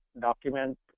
document